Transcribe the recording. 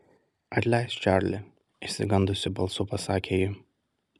atleisk čarli išsigandusi balsu pasakė ji